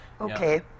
okay